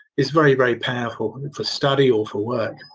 is very very powerful but and for study or for work.